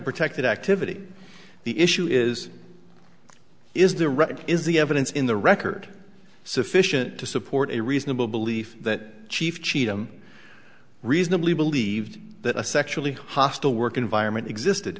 protected activity the issue is is the record is the evidence in the record sufficient to support a reasonable belief that chief cheatham reasonably believed that a sexually hostile work environment existed